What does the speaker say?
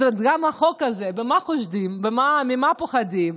גם החוק הזה, במה חושדים, ממה פוחדים?